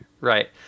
Right